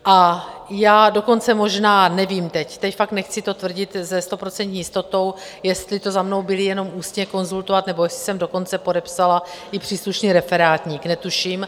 A já dokonce možná nevím teď, teď fakt nechci to tvrdit se stoprocentní jistotou jestli to za mnou byli jenom ústně konzultovat, nebo jestli jsem dokonce podepsala i příslušný referátník, netuším.